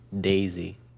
Daisy